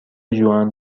ژوئن